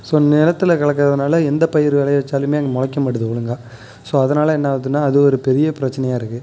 so நிலத்துல கலக்கிறதுனால எந்த பயிர் விளைய வச்சாலுமே அங்கே முலைக்க மாட்டுது ஒழுங்காக ஸோ அதனால் என்னவுதுன்னா அது ஒரு பெரிய பிரச்சனையாக இருக்குது